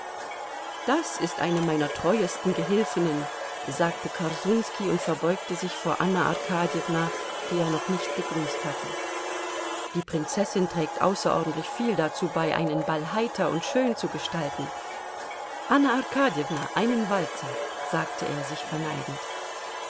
das ist eine meiner treuesten gehilfinnen sagte korsunski und verbeugte sich vor anna arkadjewna die er noch nicht begrüßt hatte die prinzessin trägt außerordentlich viel dazu bei einen ball heiter und schön zu gestalten anna arkadjewna einen walzer sagte er sich verneigend